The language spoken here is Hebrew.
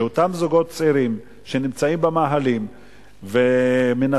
כשאותם זוגות צעירים שנמצאים במאהלים ומנסים,